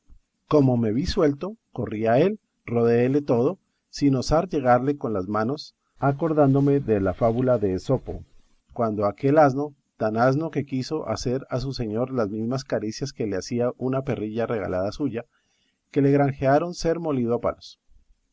como me vi suelto corrí a él rodeéle todo sin osar llegarle con las manos acordándome de la fábula de isopo cuando aquel asno tan asno que quiso hacer a su señor las mismas caricias que le hacía una perrilla regalada suya que le granjearon ser molido a